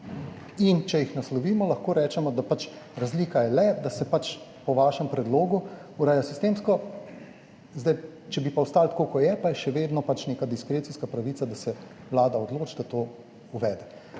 če jih naslovimo, lahko rečemo, da pač razlika je, le da se pač po vašem predlogu ureja sistemsko, če bi pa ostalo tako kot je, pa je še vedno pač neka diskrecijska pravica, da se Vlada odloči, da to uvede.